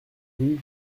rue